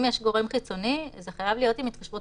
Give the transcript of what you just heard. אם יש גורם חיצוני זה חייב להיות עם התחשבות